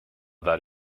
that